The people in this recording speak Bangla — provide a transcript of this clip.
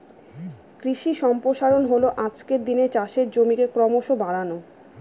কৃষি সম্প্রসারণ হল আজকের দিনে চাষের জমিকে ক্রমশ বাড়ানো